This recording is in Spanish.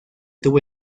tuvo